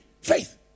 Faith